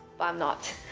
but i'm not